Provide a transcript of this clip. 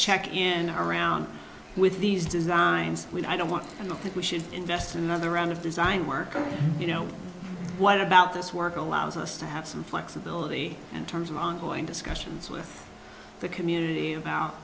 check in around with these designs i don't want that we should invest in another round of design work or you know what about this work allows us to have some flexibility in terms of ongoing discussions with the community about